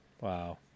Wow